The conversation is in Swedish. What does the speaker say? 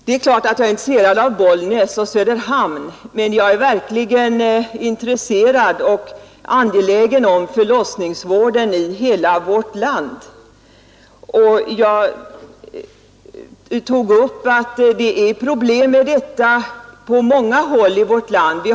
Det är klart att jag är intresserad av Bollnäs och Söderhamn, men jag är verkligen intresserad för och angelägen om förlossningsvården i hela vårt land. Och jag sade att det finns problem med lokaliseringen på många håll i landet.